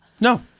No